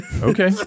Okay